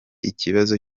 ikibazo